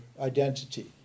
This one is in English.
identity